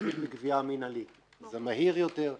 להתחיל מגבייה מינהלית זה מהיר יותר,